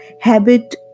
habit